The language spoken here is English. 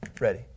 ready